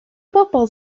bobl